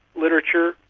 literature,